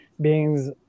beings